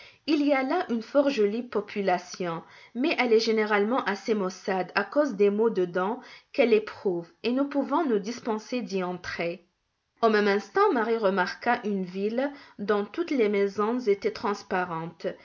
il y a là une fort jolie population mais elle est généralement assez maussade à cause des maux de dents qu'elle éprouve et nous pouvons nous dispenser d'y entrer au même instant marie remarqua une ville dont toutes les maisons étaient transparentes